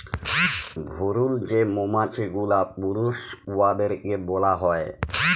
ভুরুল যে মমাছি গুলা পুরুষ উয়াদেরকে ব্যলা হ্যয়